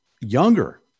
younger